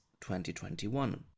2021